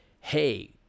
hey